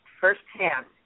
firsthand